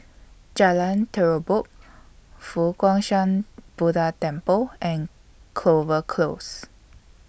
Jalan Terubok Fo Guang Shan Buddha Temple and Clover Close